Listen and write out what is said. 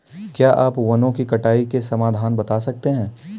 क्या आप वनों की कटाई के समाधान बता सकते हैं?